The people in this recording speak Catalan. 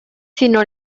sinó